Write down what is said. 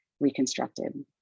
reconstructed